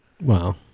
Wow